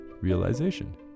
realization